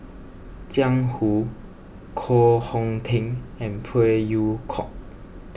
Jiang Hu Koh Hong Teng and Phey Yew Kok